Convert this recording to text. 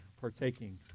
partaking